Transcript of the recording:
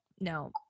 no